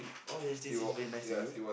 oh this teacher is very nice to you